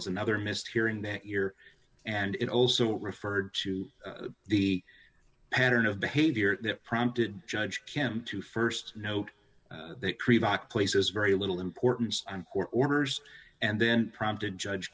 as another missed hearing that year and it also referred to the pattern of behavior that prompted judge him to st note places very little importance on court orders and then prompted judge